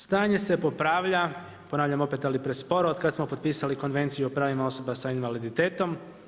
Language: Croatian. Stanje se popravlja, ponavljam opet ali presporo otkada smo potpisali Konvenciju o pravima osoba sa invaliditetom.